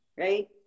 Right